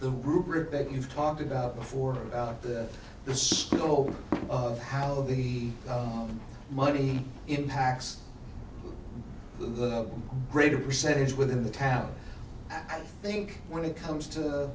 rubric that you've talked about before about the scope of how the money impact the greater percentage within the town i think when it comes to